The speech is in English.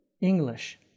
English